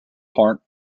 part